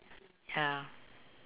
ya